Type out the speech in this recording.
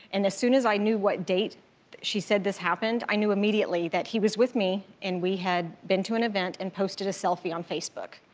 and as soon as i knew what date she said this happened, i knew immediately that he was with me and we had been to an event and posted a selfie on facebook.